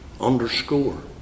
underscore